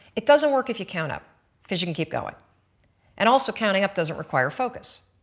it doesn't work if you count up because you can keep going and also counting up doesn't require a focus.